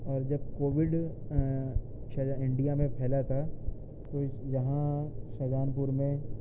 اور جب covid India میں پھیلا تھا تو یہاں شاہجہان پور میں